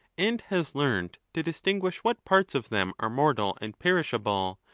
and has learnt to distinguish what parts of them are mortal and perishable,